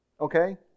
Okay